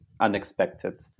unexpected